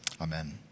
Amen